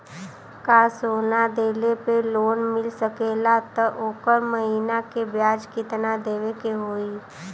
का सोना देले पे लोन मिल सकेला त ओकर महीना के ब्याज कितनादेवे के होई?